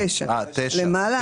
9. אה, 9. 9, למעלה.